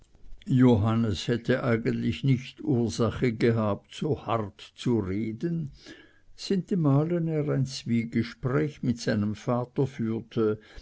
johannes hätte eigentlich nicht ursache gehabt so hart zu reden sintemalen er ein zwiegespräch mit seinem vater führte